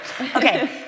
Okay